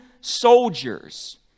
soldiers